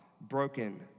broken